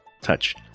touch